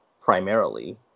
primarily